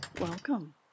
Welcome